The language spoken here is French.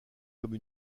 comme